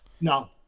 No